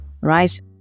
right